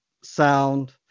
sound